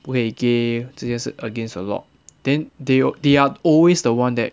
不可以 gay 这些事 against the law then they will they are always the one that